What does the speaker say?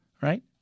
Right